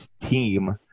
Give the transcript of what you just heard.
team